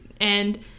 and-